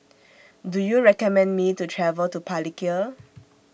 Do YOU recommend Me to travel to Palikir